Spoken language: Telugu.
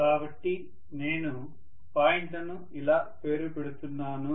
కాబట్టి నేను పాయింట్లను ఇలా పేరు పెడుతున్నాను